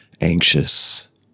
anxious